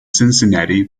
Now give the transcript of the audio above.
cincinnati